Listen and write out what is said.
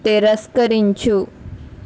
తిరస్కరించు